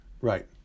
Right